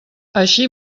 així